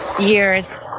years